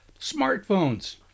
smartphones